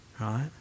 right